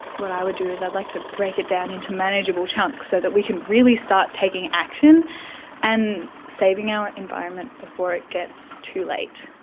what i would do is i'd like to break it down into manageable chunks so that we can really start taking action and saving our environment before it gets too late.